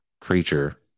creature